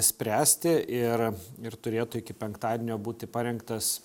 spręsti ir ir turėtų iki penktadienio būti parengtas